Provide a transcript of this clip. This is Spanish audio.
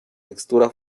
textura